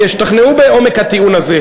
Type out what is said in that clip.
ישתכנעו בעומק הטיעון הזה,